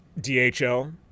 DHL